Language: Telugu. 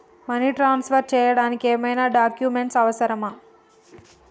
మనీ ట్రాన్స్ఫర్ చేయడానికి ఏమైనా డాక్యుమెంట్స్ అవసరమా?